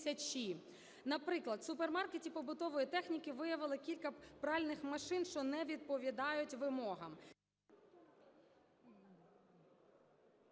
Наприклад, в супермаркеті побутової техніки виявили кілька пральних машин, що не відповідають вимогам.